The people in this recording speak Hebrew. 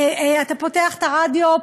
אתה פותח את הרדיו,